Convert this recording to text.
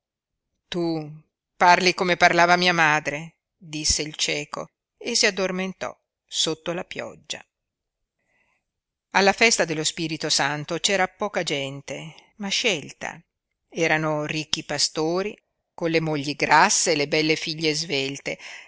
tu parli come parlava mia madre disse il cieco e si addormentò sotto la pioggia alla festa dello spirito santo c'era poca gente ma scelta erano ricchi pastori con le mogli grasse e le belle figlie svelte